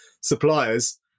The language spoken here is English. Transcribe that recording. suppliers